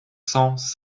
cents